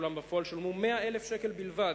אולם בפועל שולמו 100,000 שקל בלבד.